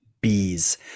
bees